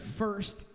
first